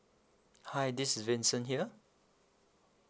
hi this is vincent here